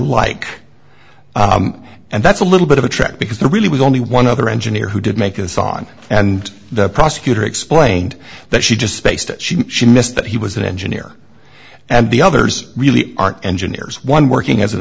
like and that's a little bit of a trick because there really was only one other engineer who did make a song and the prosecutor explained that she just spaced it she missed that he was an engineer and the others really aren't engineers one working as an